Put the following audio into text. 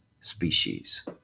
species